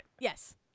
Yes